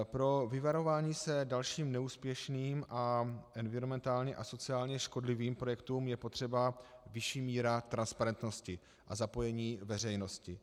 Pro vyvarování se dalším neúspěšným a environmentálně a sociálně škodlivým projektům je potřeba vyšší míra transparentnosti a zapojení veřejnosti.